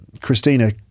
Christina